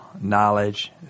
knowledge